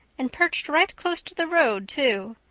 and perched right close to the road too.